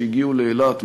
הגיעו לאילת,